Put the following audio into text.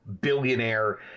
billionaire